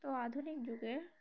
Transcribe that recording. তো আধুনিক যুগে